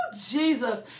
Jesus